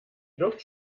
luft